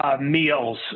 meals